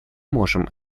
можем